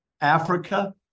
Africa